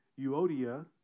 Euodia